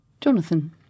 Jonathan